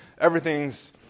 everything's